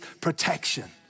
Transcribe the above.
protection